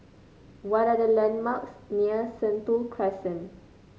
what are the landmarks near Sentul Crescent